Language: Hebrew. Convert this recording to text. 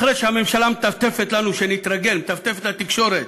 אחרי שהממשלה מטפטפת לנו שנתרגל, מטפטפת לתקשורת